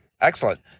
Excellent